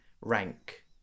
rank